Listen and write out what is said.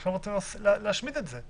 ועכשיו רוצים להשמיט את זה.